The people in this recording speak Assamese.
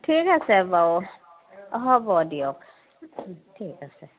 ঠিক আছে বাৰু হ'ব দিয়ক ঠিক আছে ঠিক